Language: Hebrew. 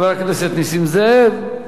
חבר הכנסת נסים זאב,